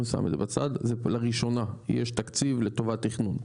אני שם את זה בצד, לראשונה יש תקציב לטובת תכנון,